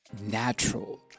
natural